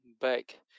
back